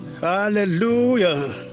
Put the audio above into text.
hallelujah